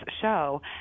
show